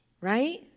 right